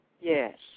Yes